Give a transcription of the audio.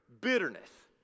bitterness